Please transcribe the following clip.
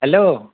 hello